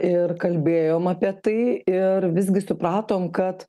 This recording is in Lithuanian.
ir kalbėjom apie tai ir visgi supratom kad